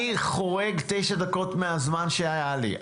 אני חורג תשע דקות מהזמן שהיה לי.